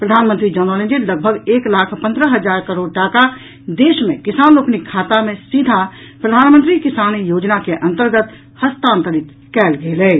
प्रधानमंत्री जनौलनि जे लगभग एक लाख पन्द्रह हजार करोड़ टाका देश मे किसान लोकनिक खाता मे सीधा प्रधानमंत्री किसान योजना के अन्तर्गत हस्तांतरित कयल गेल अछि